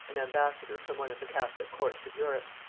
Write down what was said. an ambassador from one of the catholic courts of europe.